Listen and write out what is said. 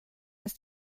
ist